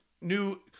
new